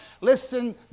Listen